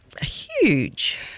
huge